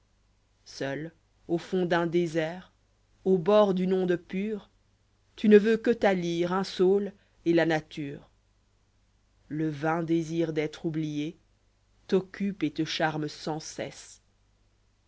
seul au fond d'un désert au bord d'une onde pure tu ne veux que ta lyre un saule et la nature le vain désir d'être oublié t'occupe et te charme sans cesse